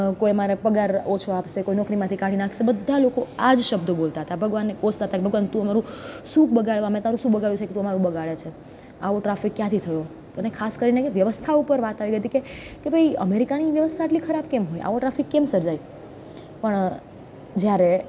કોઈ મારે પગાર ઓછો આપશે કોઈ નોકરીમાંથી કાઢી નાખશે બધા લોકો આ જ શબ્દો બોલતા હતા ભગવાનને કોસતા હતા કે ભગવાન તું અમારું શું બગાડ્યું અમે તારું શું બગાડ્યું છે કે તું અમારું બગાડે છે આવો ટ્રાફિક ક્યાંથી થયો અને ખાસ કરીને કે વ્યવસ્થા ઉપર વાત આવી હતી કે કે ભાઈ અમેરિકાની વ્યવસ્થા આટલી ખરાબ કેમ હોય આવો ટ્રાફિક કેમ સર્જાય પણ જ્યારે